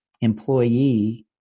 employee